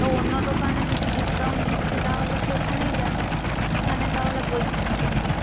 ও অন্য দোকানে যদি ডিসকাউন্ট দিচ্ছে তাহলে সেখানেই যান এখানে তাহলে বলছেন কেন